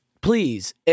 please